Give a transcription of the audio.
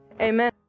amen